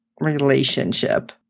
relationship